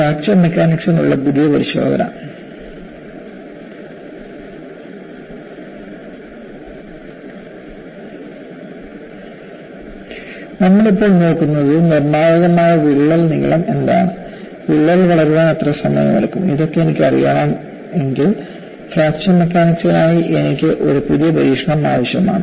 fracture മെക്കാനിക്സിനുള്ള പുതിയ പരിശോധന നമ്മൾ ഇപ്പോൾ നോക്കുന്നത്നിർണായകമായ വിള്ളൽ നീളം എന്താണ് വിള്ളൽ വളരാൻ എത്ര സമയമെടുക്കും ഇതൊക്കെ എനിക്ക് അറിയണമെങ്കിൽ ഫ്രാക്ചർ മെക്കാനിക്സിനായി എനിക്ക് ഒരു പുതിയ പരീക്ഷണം ആവശ്യമാണ്